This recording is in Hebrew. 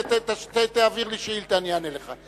תעביר לי שאילתא, אני אענה לך.